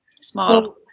small